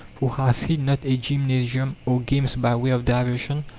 for has he not a gymnasium or games by way of diversion?